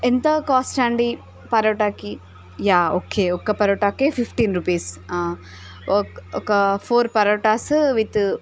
ఎంత కాస్ట్ అండి పరోటాకి యా ఓకే ఒక్క పరోటాకు ఫిఫ్టీన్ రూపీస్ ఆ ఒక్ ఒక్క ఫోర్ పరోటాస్ విత్